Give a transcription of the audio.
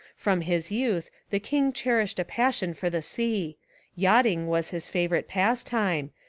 from his youth the king cher ished a passion for the sea yachting was his favourite pastime,